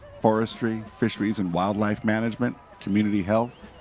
forestry, fisheries and wildlife management, community health,